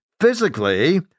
physically